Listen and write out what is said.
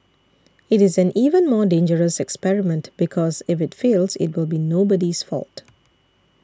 it is an even more dangerous experiment because if it fails it will be nobody's fault